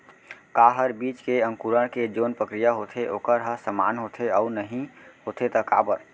का हर बीज के अंकुरण के जोन प्रक्रिया होथे वोकर ह समान होथे, अऊ नहीं होथे ता काबर?